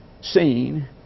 seen